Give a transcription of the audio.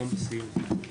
גם בסיום.